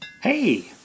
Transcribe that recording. Hey